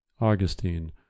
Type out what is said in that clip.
Augustine